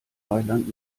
mailand